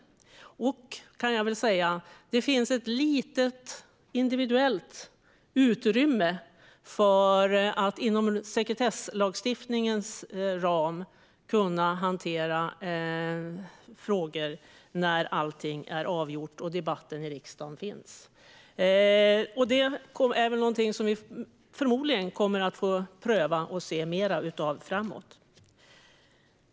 Det finns även ett litet individuellt utrymme för att inom sekretesslagstiftningens ram kunna hantera frågor när allt är avgjort och debatt sker i riksdagen. Det är någonting som vi förmodligen kommer att få pröva och se mer av framöver.